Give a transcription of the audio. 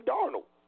Darnold